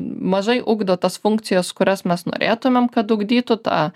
mažai ugdo tas funkcijas kurias mes norėtumėm kad ugdytų tą